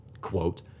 quote